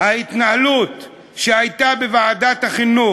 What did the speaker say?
ההתנהלות שהייתה בוועדת החינוך,